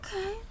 Okay